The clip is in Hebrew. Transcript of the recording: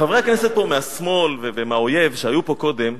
חברי הכנסת פה מהשמאל ומהאויב שהיו פה קודם,